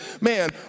Man